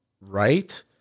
right